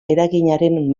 eraginaren